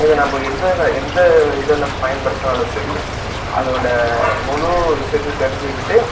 இதை நம்ம எந்தெந்த எந்த இது நம் பயன்படுத்தினாலும் சரி அதோடய முழு விஷயத்தையும் தெரிஞ்சுக்கிட்டு